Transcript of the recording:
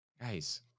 guys